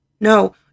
No